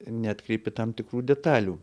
neatkreipi tam tikrų detalių